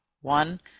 one